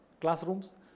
classrooms